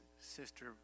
sister